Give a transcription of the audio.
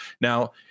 now